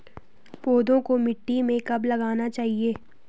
पौधों को मिट्टी में कब लगाना चाहिए?